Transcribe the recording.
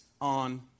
on